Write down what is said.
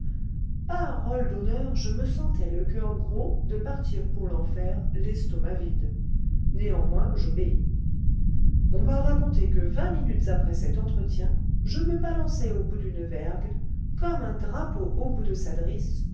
parole d'honneur je me sentais le coeur gros de partir pour l'enfer l'estomac vide néanmoins j'obéis on m'a raconté que vingt minutes après cet entretien je me balançais au bout d'une vergue comme un drapeau au bout de sa drisse